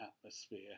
atmosphere